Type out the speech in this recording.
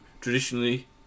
traditionally